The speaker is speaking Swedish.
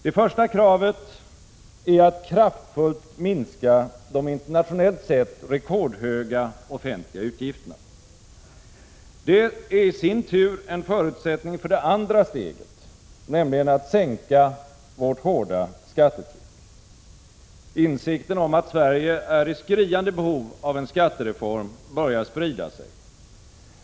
Det första kravet är att kraftfullt minska de internationellt sett rekordhöga offentliga utgifterna. Det är i sin tur en förutsättning för det andra steget, nämligen att sänka vårt hårda skattetryck. Insikten om att Sverige är i skriande behov av en skattereform börjar sprida sig.